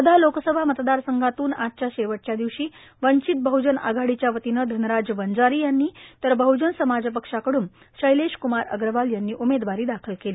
वर्धा लोकसभा मतदार संघातून आजच्या शेवटच्या दिवशी वंचित बहजन आघाडीच्या वतीनं धनराज वंजारी यांनी तर बहजन समाज पक्षाकडून शैलेश क्मार अग्रवाल यांनी उमेदवारी दाखल केली